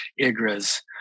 IGRA's